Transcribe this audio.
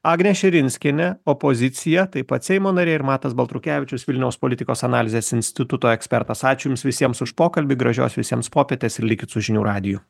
agnė širinskienė opozicija taip pat seimo narė ir matas baltrukevičius vilniaus politikos analizės instituto ekspertas ačiū jums visiems už pokalbį gražios visiems popietės ir likit su žinių radiju